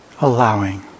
allowing